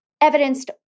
evidenced